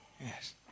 Yes